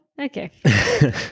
okay